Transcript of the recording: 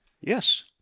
Yes